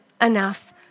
enough